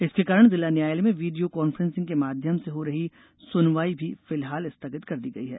इसके कारण जिला न्यायालय में वीडियों कॉन्फ्रेसिंग के माध्यम से हो रही सुनवाई भी फिलहाल स्थगित कर दी गई है